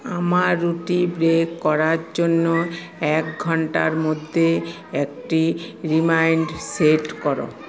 আমার রুটি বেক করার জন্য এক ঘন্টার মধ্যে একটি রিমাইন্ড সেট করো